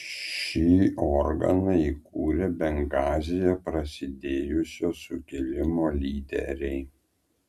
šį organą įkūrė bengazyje prasidėjusio sukilimo lyderiai